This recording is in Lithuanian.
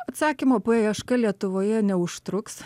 atsakymų paieška lietuvoje neužtruks